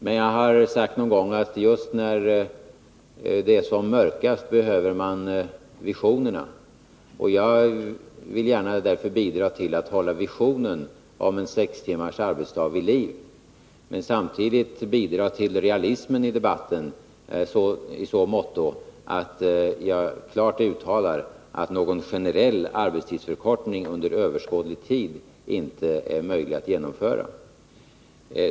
Men jag har någon gång sagt att just när det är som mörkast behöver man visionerna, och jag vill därför gärna bidra till att hålla visionen om en 6-timmars arbetsdag vid liv. Men jag vill samtidigt bidra till realismen i debatten i så måtto att jag klart uttalar att någon generell arbetstidsförkortning under överskådlig tid inte är möjlig att genomföra.